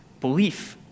belief